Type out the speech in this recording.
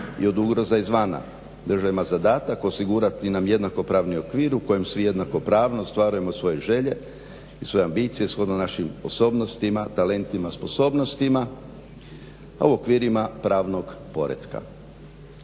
i od ugroza izvana. Država ima zadatak osigurati nam jednako pravni okvir u kojem svi jednako pravno ostvarujemo svoje želje i svoje ambicije shodno našim osobnostima, talentima, sposobnostima, a u okvirima pravnog poretka.